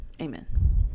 Amen